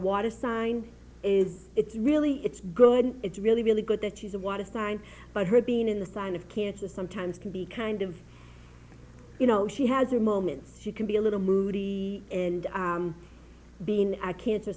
water sign is it's really it's good it's really really good that she's a wanted sign but her being in the sign of cancer sometimes can be kind of you know she has her moments she can be a little moody and being a cancer